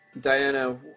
Diana